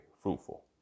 fruitful